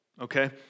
okay